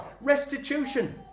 Restitution